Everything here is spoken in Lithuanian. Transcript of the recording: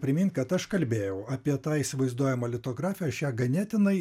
primint kad aš kalbėjau apie tą įsivaizduojamą litografiją aš ją ganėtinai